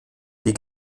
die